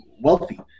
wealthy